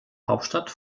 hauptstadt